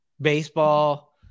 baseball